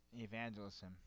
evangelism